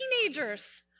teenager's